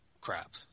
crap